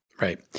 Right